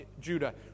Judah